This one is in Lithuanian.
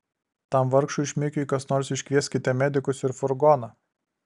tam vargšui šmikiui kas nors iškvieskite medikus ir furgoną